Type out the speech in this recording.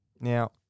now